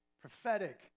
prophetic